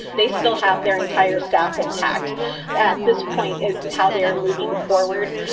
they still have their entire staff intact at this point is how they are moving forward.